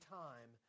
time